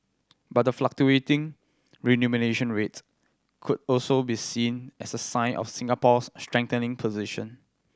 but the fluctuating remuneration rates could also be seen as a sign of Singapore's strengthening position